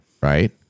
right